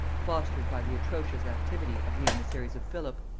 fostered by the atrocious activity of the emissaries of philip,